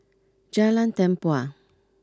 Jalan Tempua